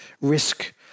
risk